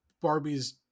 barbie's